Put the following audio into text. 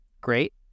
great